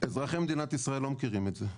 אזרחי מדינת ישראל לא מכירים את זה.